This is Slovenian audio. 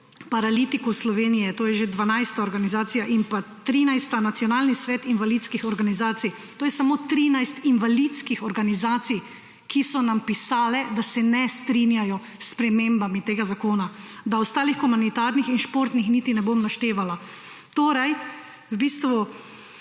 paralitikov Slovenije, to je že 12. organizacija, in pa 13. Nacionalni svet invalidskih organizacij. To je 13 samo invalidskih organizacij, ki so nam pisale, da se ne strinjajo s spremembami tega zakona. Da ostalih humanitarnih in športnih niti ne bom naštevala. Gospod minister,